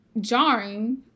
jarring